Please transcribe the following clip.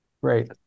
Great